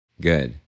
Good